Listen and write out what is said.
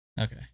Okay